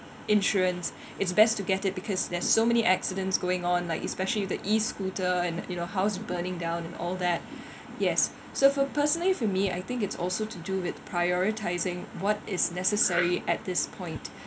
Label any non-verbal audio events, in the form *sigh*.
insurance *breath* it's best to get it because there's so many accidents going on like especially the E_scooter and you know house burning down and all that *breath* yes so for personally for me I think it's also to do with prioritising what is necessary at this point